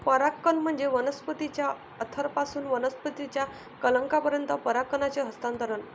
परागकण म्हणजे वनस्पतीच्या अँथरपासून वनस्पतीच्या कलंकापर्यंत परागकणांचे हस्तांतरण